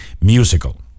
musical